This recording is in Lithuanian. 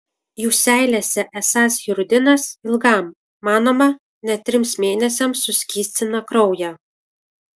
jų seilėse esąs hirudinas ilgam manoma net trims mėnesiams suskystina kraują